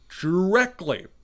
directly